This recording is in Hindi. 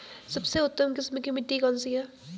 सबसे उत्तम किस्म की मिट्टी कौन सी है?